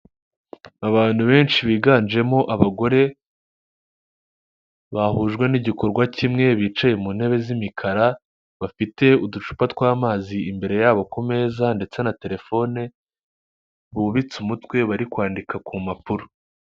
Abantu benshi biganjemo abagore, bahujwe n'igikorwa kimwe bicaye mu ntebe z'imikara, bafite uducupa tw'amazi imbere yabo kumeza ndetse na telefone, bubitse umutwe bari kwandika ku mpapuro.